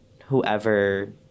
whoever